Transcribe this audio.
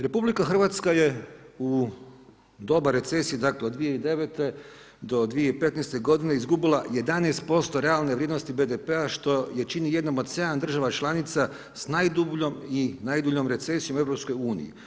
RH je u doba recesije, dakle od 2009. do 2015. godine izgubila 11% realne vrijednosti BDP-a, što je čini jednom od 7 država članica s najdubljom i najduljom recesijom u EU.